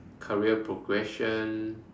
career progression